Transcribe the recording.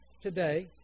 today